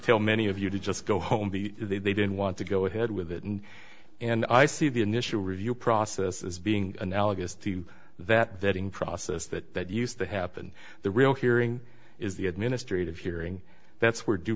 tell many of you to just go home the they didn't want to go ahead with it and and i see the initial review process is being analogous to that vetting process that that used to happen the real hearing is the administrative hearing that's where due